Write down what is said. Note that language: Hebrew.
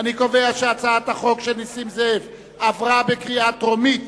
אני קובע שהצעת החוק של חבר הכנסת נסים זאב התקבלה בקריאה טרומית